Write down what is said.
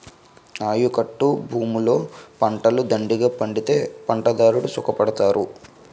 ఆయకట్టభూములలో పంటలు దండిగా పండితే పంటదారుడు సుఖపడతారు